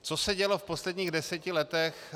Co se dělo v posledních deseti letech?